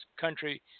country